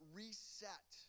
reset